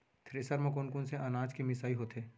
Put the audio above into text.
Thresher म कोन कोन से अनाज के मिसाई होथे?